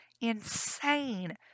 insane